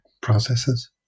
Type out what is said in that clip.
processes